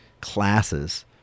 classes